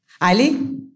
Ali